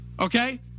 Okay